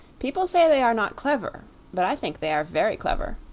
people say they are not clever but i think they are very clever.